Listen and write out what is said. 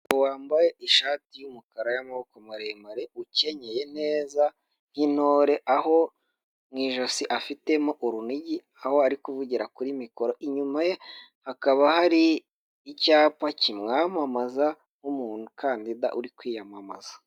Umugabo wambaye ishati y'umukara y'amaboko maremare ukenyeye neza nk'intore, aho mu ijosi afitemo urunigi aho ari kuvugira kuri mikoro, inyuma ye hakaba hari icyapa kimwamamaza nk'umuntukandida uri kwiyamamaza.